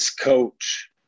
coach